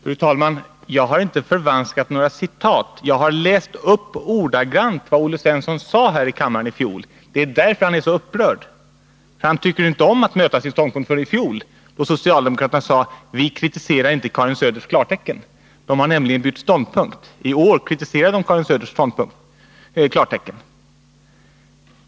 Fru talman! Jag har inte förvanskat några citat. Jag har läst upp ordagrant vad Olle Svensson sade här i kammaren i fjol. Det är därför han är så upprörd. Han tycker inte om att möta sin ståndpunkt från i fjol, då han och socialdemokraterna sade: Vi kritiserar inte Karin Söders klartecken. De har nämligen bytt ståndpunkt. I år kritiserar man Karin Söders klartecken.